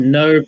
no